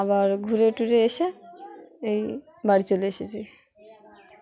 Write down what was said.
আবার ঘুরে টুরে এসে এই বাড়ি চলে এসেছি